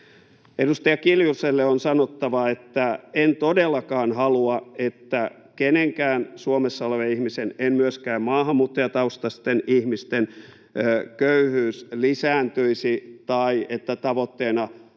Edustaja Kiljuselle on sanottava, että en todellakaan halua, että kenenkään Suomessa olevan ihmisen, myöskään maahanmuuttajataustaisten ihmisten, köyhyys lisääntyisi tai että tavoitteena olisi